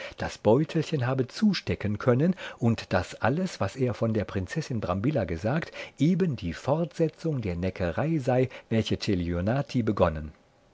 das beutelchen habe zustecken können und daß alles was er von der prinzessin brambilla gesagt eben die fortsetzung der neckerei sei welche celionati begonnen